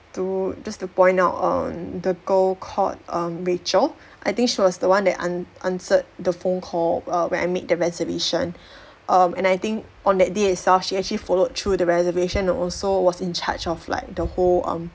to just to point out on the girl called um rachel I think she was the one that ans~ answered the phone call err when I made the reservation um and I think on that day itself she actually followed through the reservation and also was in charge of like the whole um